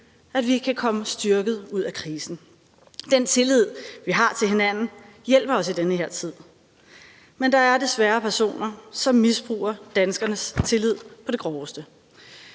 tid – kan komme styrket ud af krisen. Den tillid, vi har til hinanden, hjælper os i den her tid. Men der er desværre personer, som misbruger danskernes tillid på det groveste.